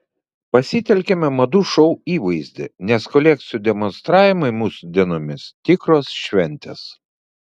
pasitelkėme madų šou įvaizdį nes kolekcijų demonstravimai mūsų dienomis tikros šventės